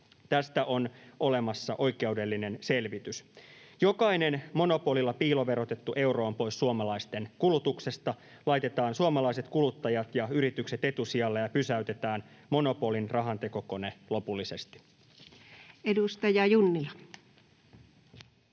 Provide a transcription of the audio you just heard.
Tästä on olemassa oikeudellinen selvitys. Jokainen monopolilla piiloverotettu euro on pois suomalaisten kulutuksesta. Laitetaan suomalaiset kuluttajat ja yritykset etusijalle ja pysäytetään monopolin rahantekokone lopullisesti. [Speech 244]